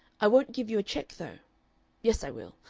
i won't give you a check though yes, i will.